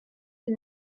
qui